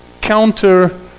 counter-